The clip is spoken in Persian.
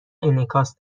انعکاس